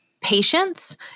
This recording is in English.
patience